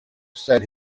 said